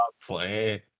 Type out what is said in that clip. playing